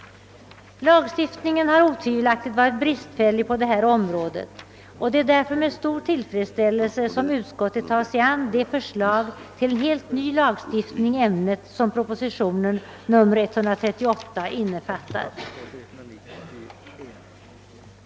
Lagstiftningen har otvivelaktigt varit bristfällig på detta område, och det är därför med stor tillfredsställelse som utskottet tagit sig an det förslag till en helt ny lagstiftning i ämnet som proposition nr 138 innefattar.